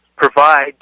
provide